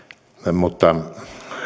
mutta